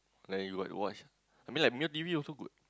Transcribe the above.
like you got you watch I mean like male T_V also good